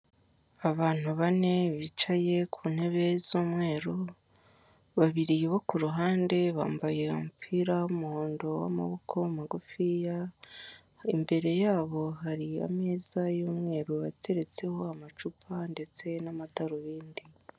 Abantu bane bicaye ku ntebe z'umweru, babiri bo ku ruhande bambaye umupira w'umuhondo w'amaboko magufiya, imbere yabo hari ameza y'umweru, ateretseho amacupa ndetse n'amadarubindi.